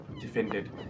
defended